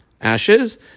Ashes